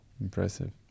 Impressive